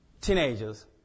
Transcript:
teenagers